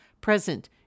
present